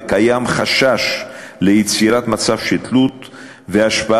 וקיים חשש ליצירת מצב של תלות והשפעה,